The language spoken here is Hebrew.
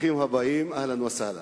ברוכים הבאים, אהלן וסהלן.